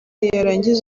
yarangiza